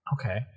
Okay